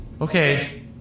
Okay